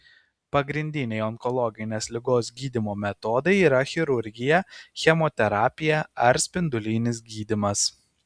pagrindiniai onkologinės ligos gydymo metodai yra chirurgija chemoterapija ar spindulinis gydymas